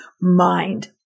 mind